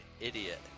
idiot